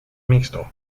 mixto